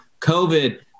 covid